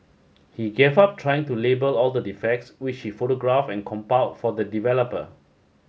he gave up trying to label all the defects which he photograph and compiled for the developer